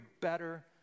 better